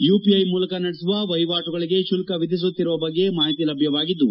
UPI ಮೂಲಕ ನಡೆಸುವ ವಹಿವಾಟುಗಳಿಗೆ ಶುಲ್ಲ ವಿಧಿಸುತ್ತಿರುವ ಬಗ್ಗೆ ಮಾಹಿತಿ ಲಭ್ಯವಾಗಿದ್ದು